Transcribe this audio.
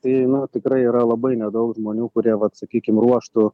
tai tikrai yra labai nedaug žmonių kurie vat sakykim ruoštų